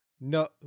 no